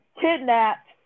kidnapped